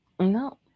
No